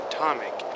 Atomic